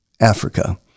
Africa